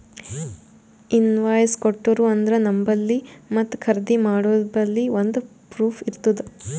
invoice ಕೊಟ್ಟೂರು ಅಂದ್ರ ನಂಬಲ್ಲಿ ಮತ್ತ ಖರ್ದಿ ಮಾಡೋರ್ಬಲ್ಲಿ ಒಂದ್ ಪ್ರೂಫ್ ಇರ್ತುದ್